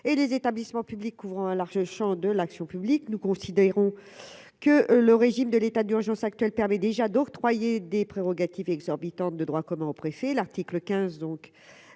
et les établissements publics, couvrant un large Champ de l'action publique, nous considérons que le régime de l'état d'urgence actuelle permet déjà d'octroyer des prérogatives exorbitantes de droit commun au préfet l'article 15, donc